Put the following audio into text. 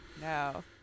No